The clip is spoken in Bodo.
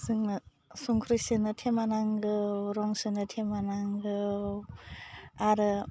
जोङो संख्रै सोनो थेमा नांगौ रं सोनो थेमा नांगौ आरो